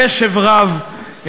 בקשב רב,